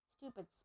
Stupid